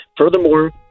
furthermore